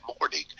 morning